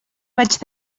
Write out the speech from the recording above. vaig